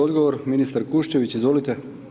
Odgovor, ministar Kuščević, izvolite.